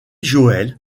joel